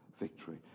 victory